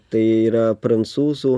tai yra prancūzų